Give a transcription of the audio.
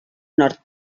nord